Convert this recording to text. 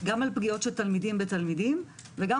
גם על פגיעות של תלמידים בתלמידים וגם